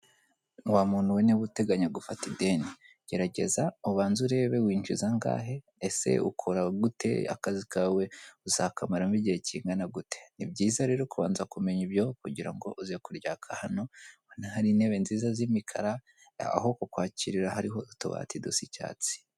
Wa muntu we, niba uteganya gufata ideni, gerageza ubanze urebe winjiza angahe, ese ukora gute, akazi kawe uzakamaramo igihe kingana gute, nibyiza rero kubanza kumenya ibyo kugirango uze kuryaka hano, ubona hari intebe nziza z'umikara, aho kukwakirarira hariho utubati dusa icyatsi.